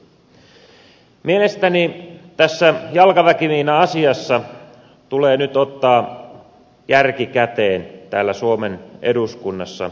mielestäni tässä jalkaväkimiina asiassa tulee nyt ottaa järki käteen täällä suomen eduskunnassa